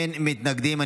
אין מתנגדים.